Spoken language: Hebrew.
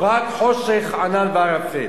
רק חושך, ענן וערפל.